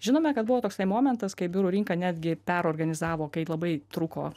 žinome kad buvo toksai momentas kai biurų rinka netgi perorganizavo kai labai trūko